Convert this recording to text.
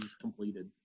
completed